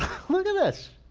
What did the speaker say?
look at this,